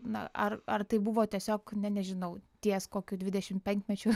na ar ar tai buvo tiesiog ne nežinau ties kokiu dvidešimt penkmečiu